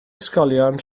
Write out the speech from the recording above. ysgolion